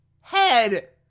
head